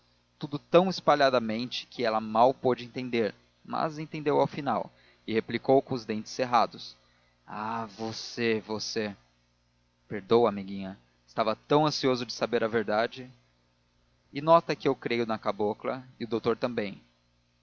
tudo tão espalhadamente que ela mal pôde entender mas entendeu ao final e replicou com os dentes cerrados ah você você perdoa amiguinha estava tão ansioso de saber a verdade e nota que eu creio na cabocla e o doutor também